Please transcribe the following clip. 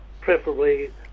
preferably